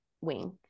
wing